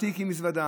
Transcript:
תיק עם מזוודה,